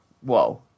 whoa